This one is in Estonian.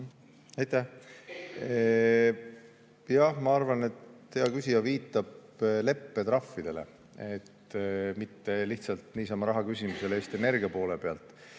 Aitäh! Ma arvan, et hea küsija viitab leppetrahvidele, mitte lihtsalt niisama raha küsimisele Eesti Energia poolt.